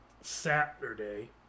Saturday